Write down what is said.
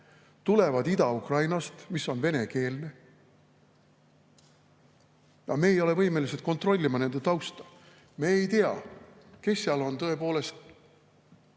tulevad Ida-Ukrainast, mis on venekeelne. Aga me ei ole võimelised kontrollima nende tausta. Me ei tea, kes on Putini